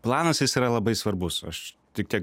planas jis yra labai svarbus aš tik tiek